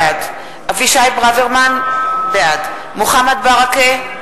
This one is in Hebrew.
בעד אבישי ברוורמן, בעד מוחמד ברכה,